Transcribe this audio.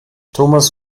thomas